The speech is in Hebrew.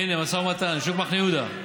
הינה, משא ומתן, שוק מחנה יהודה.